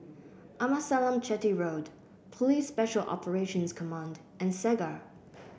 Amasalam Chetty Road Police Special Operations Command and Segar